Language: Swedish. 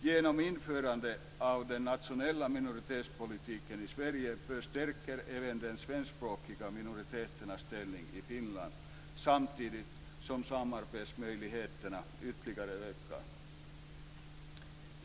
Genom införandet av den nationella minoritetspolitiken i Sverige förstärks även den svenskspråkiga minoritetens ställning i Finland samtidigt som samarbetsmöjligheterna ytterligare ökar.